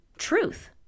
truth